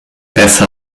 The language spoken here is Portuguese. peça